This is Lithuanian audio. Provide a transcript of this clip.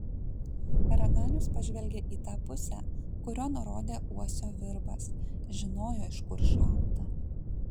raganius pažvelgė į tą pusę kurion rodė uosio virbas žinojo iš kur šauta